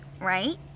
Right